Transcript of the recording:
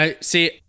See